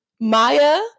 maya